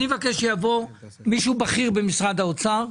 אני מבקש שיבוא מישהו בכיר במשרד האוצר,